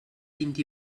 vint